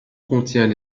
contient